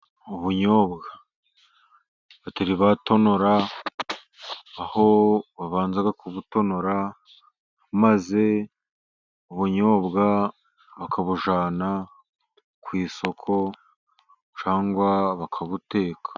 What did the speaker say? Ubunyobwa bataratonora, aho babanza kubutonora maze ubunyobwa bakabujyana ku isoko cyangwa bakabuteka.